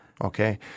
okay